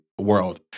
world